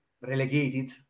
relegated